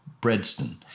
Bredston